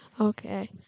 Okay